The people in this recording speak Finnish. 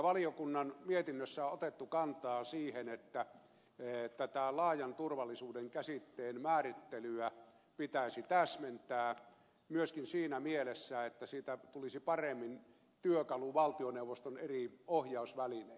valiokunnan mietinnössä on otettu kantaa siihen että tätä laajan turvallisuuden käsitteen määrittelyä pitäisi täsmentää myöskin siinä mielessä että siitä tulisi parempi työkalu valtioneuvoston eri ohjausvälineille